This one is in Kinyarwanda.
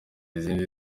izindi